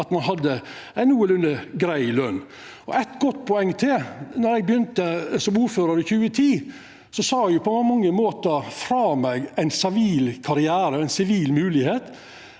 at ein hadde ei nokolunde grei løn. Eit godt poeng til: Då eg begynte som ordførar i 2010, sa eg på mange måtar frå meg ein sivil karriere og ei sivil moglegheit.